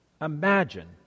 imagine